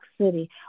City